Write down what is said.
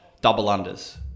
Double-unders